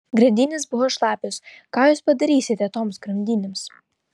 grandinės buvo šlapios ką jūs padarysite toms grandinėms